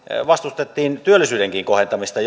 jo työllisyydenkin kohentamista